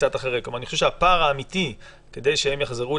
קצת אחרי אני חושב שהפער האמיתי כדי שהם יחזרו,